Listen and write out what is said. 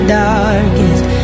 darkest